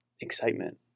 excitement